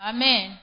Amen